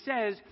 says